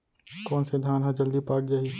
कोन से धान ह जलदी पाक जाही?